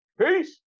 peace